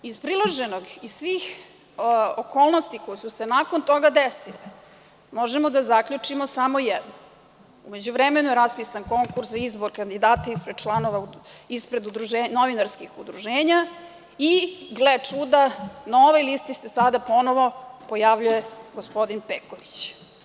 Iz priloženog i svih okolnosti koje su se nakon toga desile možemo da zaključimo samo jedno – u međuvremenu je raspisan konkurs za izbor kandidata ispred članova novinarskih udruženja i, gle čuda, na ovoj listi se sada ponovo pojavljuje gospodin Peković.